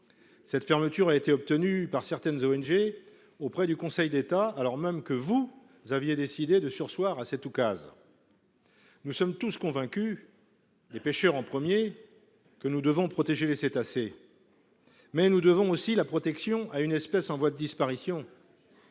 Cette fermeture a été obtenue par certaines ONG devant le Conseil d’État, alors même que le Gouvernement avait décidé de surseoir à cet oukase. Si nous sommes tous convaincus, les pêcheurs les premiers, que nous devons protéger les cétacés, nous devons aussi la protection à l’espèce en voie de disparition